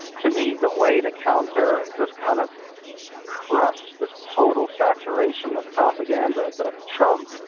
to me the way to counter this kind of crush, this total saturation of propaganda that ah trump,